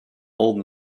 old